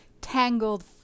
tangled